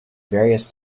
various